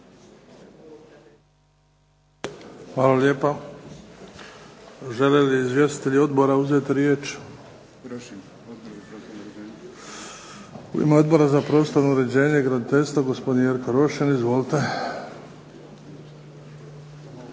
Hvala lijepo. Žele li izvjestitelji odbora uzeti riječ? U ime Odbora za prostorno uređenje i graditeljstvo gospodin Jerko Rošin. Izvolite.